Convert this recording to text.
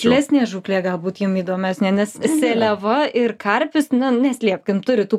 gilesnė žūklė galbūt jum įdomesnė nes seliava ir karpis na neslėpkim turi tų